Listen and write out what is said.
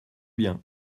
bien